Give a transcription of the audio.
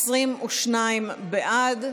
22 בעד,